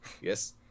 Yes